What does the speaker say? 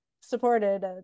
supported